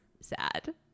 sad